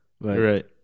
Right